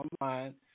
online